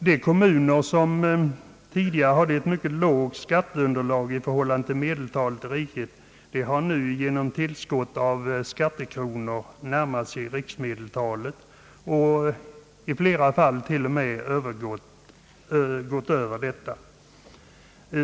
De kommuner som tidigare hade ett mycket lågt skatteunderlag i förhållande till medeltalet i riket har nu genom tillskott av skattekronor närmat sig riksmedeltalet och i flera fall t.o.m. gått över detta.